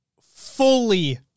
fully